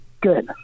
Good